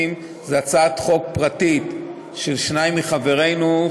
בשירות הציבורי (תיקוני חקיקה) היא הצעת חוק פרטית של שניים מחברינו,